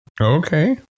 Okay